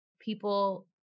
people